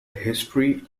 history